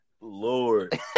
Lord